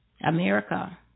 America